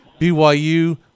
BYU